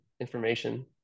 information